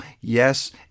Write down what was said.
yes